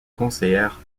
conseillère